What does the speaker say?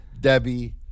Debbie